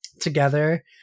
together